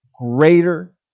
greater